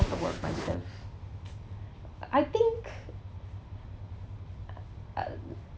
about myself I think err